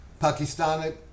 Pakistani